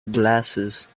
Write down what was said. glasses